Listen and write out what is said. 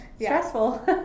Stressful